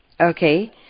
Okay